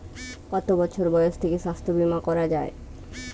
কত বছর বয়স থেকে স্বাস্থ্যবীমা করা য়ায়?